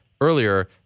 earlier